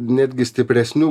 netgi stipresnių